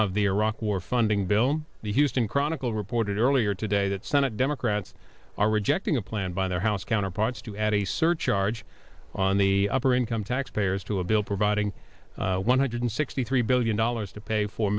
of the iraq war funding bill the houston chronicle reported earlier today that senate democrats are rejecting a plan by their house counterparts to add a surcharge on the upper income taxpayers to a bill providing one hundred sixty three billion dollars to pay for